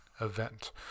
event